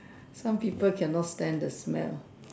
some people cannot stand the smell